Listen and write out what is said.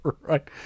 right